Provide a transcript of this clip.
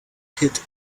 hit